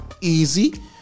easy